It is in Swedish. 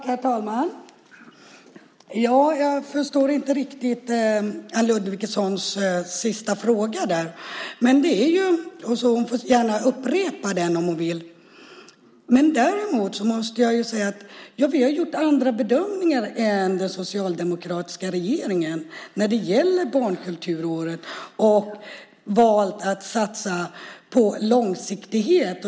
Herr talman! Jag förstår inte riktigt Anne Ludvigssons sista fråga. Hon får gärna upprepa den om hon vill. Vi har gjort andra bedömningar än den socialdemokratiska regeringen när det gäller barnkulturår och valt att satsa på långsiktighet.